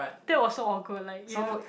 that was so awkward like you know